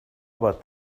about